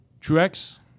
Truex